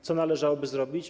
Co należałoby zrobić?